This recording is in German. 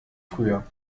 früher